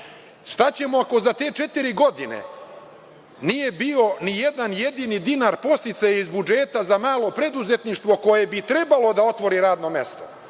Šta ćemo ako za te četiri godine nije bio ni jedan jedini dinar podsticaja iz budžeta za malo preduzetništvo koje bi trebalo da otvori radno mesto?